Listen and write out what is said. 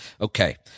Okay